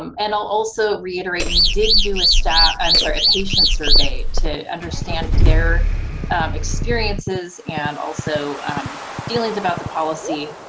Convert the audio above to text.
um and i'll also reiterate we did do a staff, i'm sorry, a patient survey to understand their experiences and also feelings about the policy.